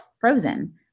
frozen